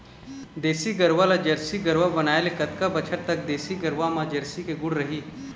देसी गरवा ला जरसी गरवा बनाए ले कतका बछर तक देसी गरवा मा जरसी के गुण रही?